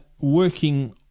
working